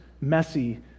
messy